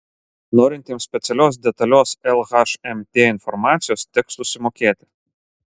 norintiems specialios detalios lhmt informacijos teks susimokėti